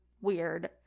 weird